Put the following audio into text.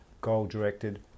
goal-directed